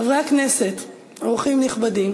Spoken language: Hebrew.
חברי הכנסת, אורחים נכבדים,